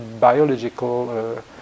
biological